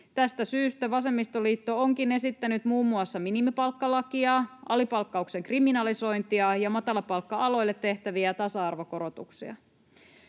Tästä syystä vasemmistoliitto onkin esittänyt muun muassa minimipalkkalakia, alipalkkauksen kriminalisointia ja matalapalkka-aloille tehtäviä tasa-arvokorotuksia.